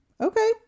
Okay